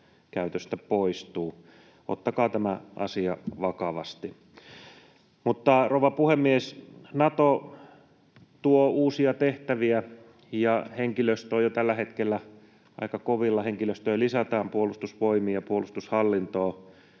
käytöstä poistuu. Ottakaa tämä asia vakavasti. Rouva puhemies! Nato tuo uusia tehtäviä, ja henkilöstö on jo tällä hetkellä aika kovilla. Henkilöstöä lisätään Puolustusvoimiin ja puolustushallintoon.